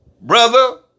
brother